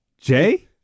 Jay